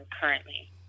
currently